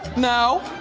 no.